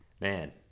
man